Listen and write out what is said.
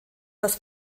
das